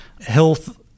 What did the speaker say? health